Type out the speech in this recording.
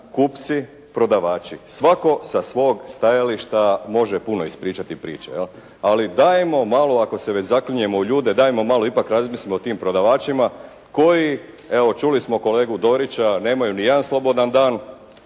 kupci, prodavači. Svako sa svog stajališta može puno ispričati priče jel', ali dajmo malo ako se već zaklinjemo u ljude dajmo malo ipak razmislimo o tim prodavačima koji evo čuli smo kolegu Dorića nemaju nijedan slobodan dan.